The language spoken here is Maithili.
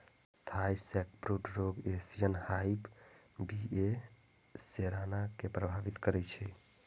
थाई सैकब्रूड रोग एशियन हाइव बी.ए सेराना कें प्रभावित करै छै